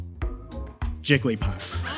Jigglypuff